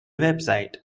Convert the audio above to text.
website